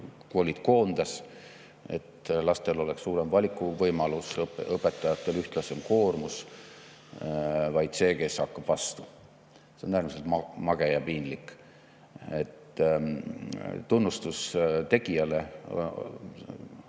koolid koondas, et lastel oleks suurem valikuvõimalus ja õpetajatel ühtlasem koormus, vaid selle, kes hakkab vastu. See on äärmiselt mage ja piinlik. Tunnustus tegijale